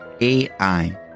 AI